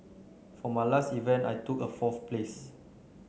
for my last event I took a fourth place